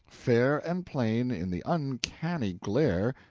fair and plain in the uncanny glare,